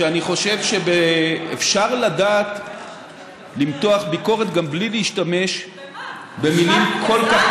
ואני חושב שאפשר לדעת למתוח ביקורת גם בלי להשתמש במילים כל כך,